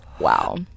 wow